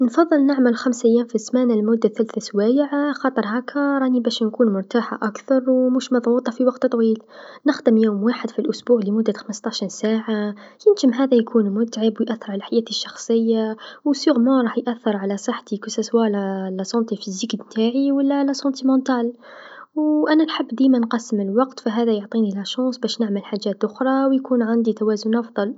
نفضل نعمل خمس ليام في السمانه لمدة ثلث سوايع خاطر هاكا راني باش نكون مرتاحه أكثر و مش مضغوطه في وقت طويل، نخدم ليوم واحد في الأسبوع لمدة خمستاعش نساعه يمكن هذا يكون متعب و يأثر على حياتي الشخصيه و أكيد راح يأثر على صحتي سواء الصحه البدنيه و لا الصحه النفسيه و أنا نحب ديما نقسم الوقت فهذا يعطيني الفرصه باش نعمل حاجات أخرى و يكون عندي توازن أفضل.